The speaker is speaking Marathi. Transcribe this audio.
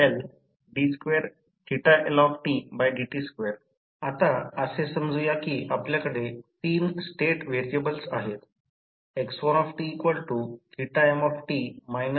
आता जर ट्रान्सफॉर्मर च्या दोन विंडिंग्ज मालिकेत जोडल्या गेल्या तर ऑटो ट्रान्सफॉर्मर च्या व्होल्टेज शक्यतेचे प्रमाण आणि आउटपुट शोधू शकू